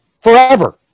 Forever